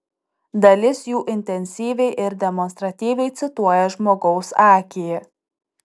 dalis jų intensyviai ir demonstratyviai cituoja žmogaus akį